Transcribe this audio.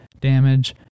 damage